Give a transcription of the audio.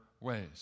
ways